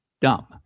dumb